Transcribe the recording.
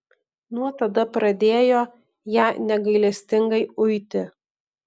nuo tada pradėjo ją negailestingai uiti